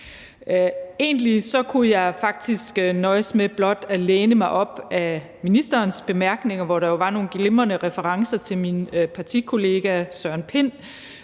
Egentlig kunne jeg faktisk nøjes med blot at læne mig op ad ministerens bemærkninger, som jo havde nogle glimrende referencer til min partikollega Søren Pind